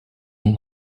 状况